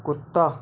कुत्ता